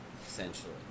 Essentially